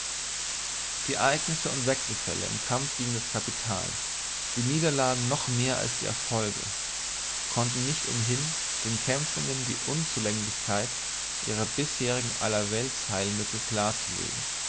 die ereignisse und wechselfälle im kampf gegen das kapital die niederlagen noch mehr als die erfolge konnten nicht umhin den kämpfenden die unzulänglichkeit ihrer bisherigen allerweltsheilmittel klarzulegen